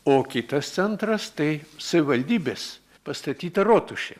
o kitas centras tai savivaldybės pastatyta rotušė